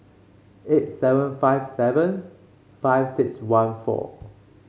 eight seven five seven five six one four